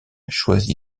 choisi